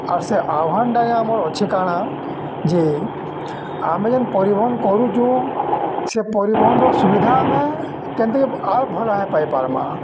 ଆର୍ ସେ ଆହ୍ଵାନଟା ଆମର ଅଛି କାଣା ଯେ ଆମେ ଯେନ୍ ପରିବହନ କରୁଚୁଁ ସେ ପରିବହନର ସୁବିଧା ଆମେ କେମିତି କି ଆର୍ ଭଲ ହେ ପାଇପାରର୍ମା